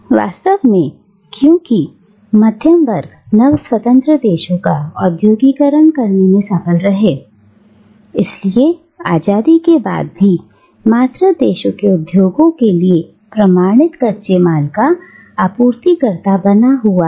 वास्तव में क्योंकि मध्यमवर्ग नव स्वतंत्र देशों का औद्योगिकरण करने में विफल रहे इसलिए आजादी के बाद भी मातृ देशों के उद्योगों के लिए प्रमाणित कच्चे माल का आपूर्तिकर्ता बना हुआ है